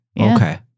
Okay